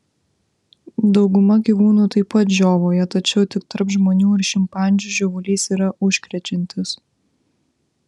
dauguma gyvūnų taip pat žiovauja tačiau tik tarp žmonių ir šimpanzių žiovulys yra užkrečiantis